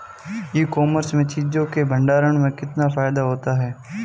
ई commerce में चीज़ों के भंडारण में कितना फायदा होता है?